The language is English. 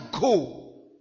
go